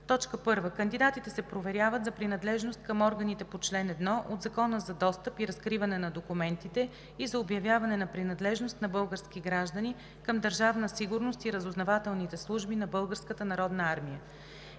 армия. 1. Кандидатите се проверяват за принадлежност към органите по чл. 1 от Закона за достъп и разкриване на документите и за обявяване на принадлежност на български граждани към Държавна сигурност и разузнавателните служби на